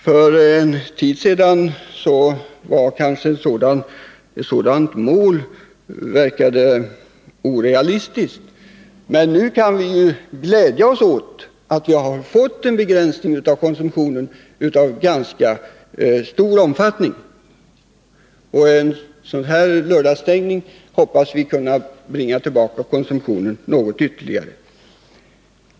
För en tid sedan hade ett sådant mål kunnat verka orealistiskt, men nu kan vi glädja oss åt att vi har fått en begränsning av ganska stor omfattning i den konsumtionen. Genom lördagsstängningen hoppas vi kunna nedbringa alkoholkonsumtionen ytterligare.